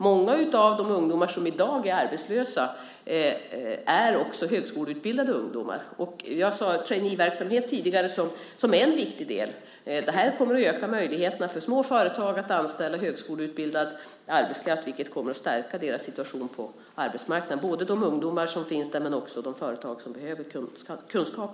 Många av de ungdomar som i dag är arbetslösa är också högskoleutbildade, och som jag sade tidigare ser jag traineeverksamhet som en viktig del. Vår satsning kommer att öka möjligheterna för små företag att anställa högskoleutbildad arbetskraft vilket kommer att stärka ungdomarnas situation på arbetsmarknaden men också företagen som behöver deras kunskap.